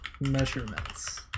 measurements